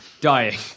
Dying